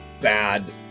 bad